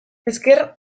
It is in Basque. ezker